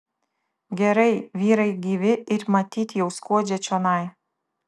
gerai vyrai gyvi ir matyt jau skuodžia čionai